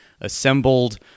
assembled